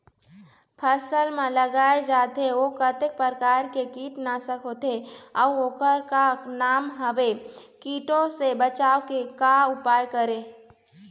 फसल म लगाए जाथे ओ कतेक प्रकार के कीट नासक होथे अउ ओकर का नाम हवे? कीटों से बचाव के का उपाय करें?